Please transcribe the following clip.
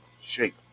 shape